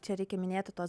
čia reikia minėti tuos